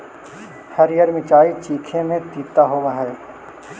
हरीअर मिचाई चीखे में तीता होब हई